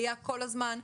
זה היה כל הזמן.